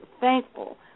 thankful